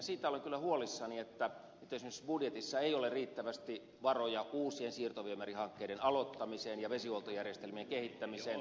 siitä olen kyllä huolissani että nyt esimerkiksi budjetissa ei ole riittävästi varoja uusien siirtoviemärihankkeiden aloittamiseen ja vesihuoltojärjestelmien kehittämiseen